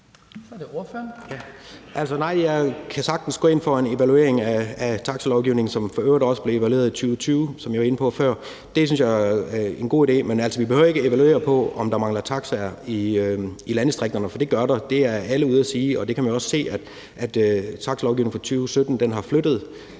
17:50 Jens Meilvang (LA): Nej, jeg kan sagtens gå ind for en evaluering af taxalovgivningen, som for øvrigt også blev evalueret i 2020, som jeg var inde på før, og det synes jeg er en god idé. Men vi behøver ikke at evaluere på, om der mangler taxaer i landdistrikterne. For det gør der. Det er alle ude at sige, og man kan jo også se, at taxilovgivningen fra 2017 har flyttet